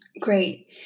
Great